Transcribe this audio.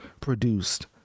produced